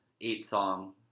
eight-song